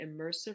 immersive